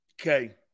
Okay